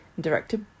director